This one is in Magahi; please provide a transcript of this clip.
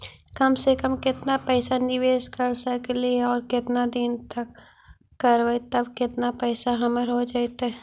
कम से कम केतना पैसा निबेस कर सकली हे और केतना दिन तक करबै तब केतना पैसा हमर हो जइतै?